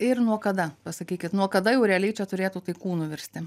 ir nuo kada pasakykit nuo kada jau realiai čia turėtų tai kūnu virsti